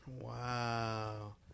Wow